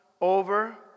over